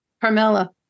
Carmela